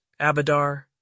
Abadar